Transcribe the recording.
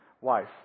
wife